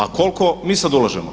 A koliko mi sada ulažemo?